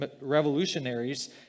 revolutionaries